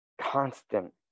constant